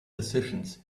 decisions